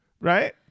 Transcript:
Right